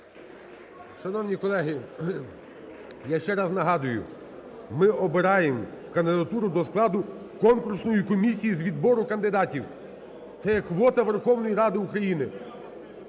Шановні колеги, я ще раз нагадую: ми обираємо кандидатуру до складу конкурсної комісії з відбору кандидатів. Це квота Верховної Ради України,